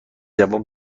جوان